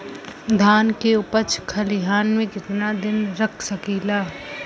धान के उपज खलिहान मे कितना दिन रख सकि ला?